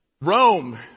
Rome